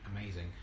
amazing